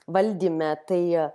valdyme tai